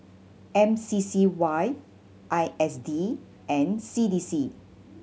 M C C Y I S D and C D C